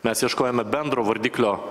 mes ieškojome bendro vardiklio